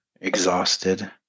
exhausted